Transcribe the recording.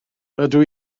rydw